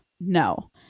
No